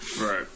Right